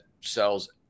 sells